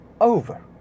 over